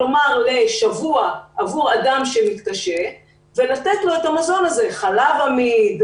כלומר מזון לשבוע עבור אדם שמתקשה ולתת לו את המזון הזה: חלב עמיד,